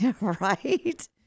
Right